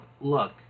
look